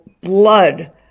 blood